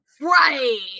Right